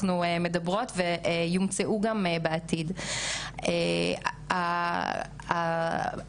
שבאמת הסוגייה הזאת של המצלמות היא בהחלט משהו שנצטרך לתת עליו את הדעת.